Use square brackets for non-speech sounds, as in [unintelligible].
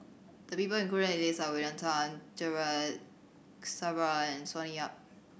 the people included in list are William Tan [unintelligible] and Sonny Yap